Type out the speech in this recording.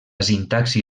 sintaxi